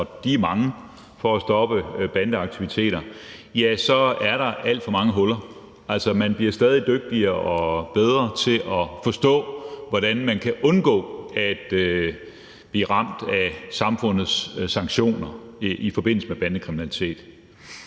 og de er mange, for at stoppe bandeaktiviteter, ja, så er der alt for mange huller, for man bliver stadig dygtigere og bedre til at forstå, hvordan man kan undgå at blive ramt af samfundets sanktioner i forbindelse med bandekriminalitet.